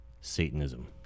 satanism